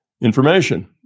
information